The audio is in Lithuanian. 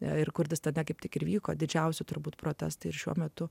ir kurtis tada kaip tik ir vyko didžiausi turbūt protestai ir šiuo metu